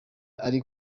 ari